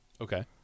Okay